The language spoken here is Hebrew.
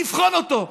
לבחון אותו,